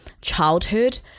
childhood